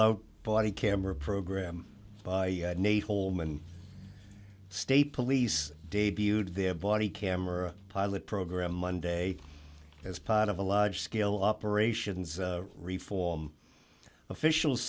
out body camera program by nate holeman state police debuted their body camera pilot program monday as part of a large scale operations reform official